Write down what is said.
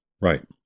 Right